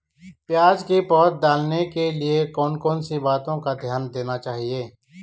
प्याज़ की पौध डालने के लिए कौन कौन सी बातों का ध्यान देना चाहिए?